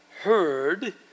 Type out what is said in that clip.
heard